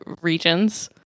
regions